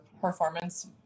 performance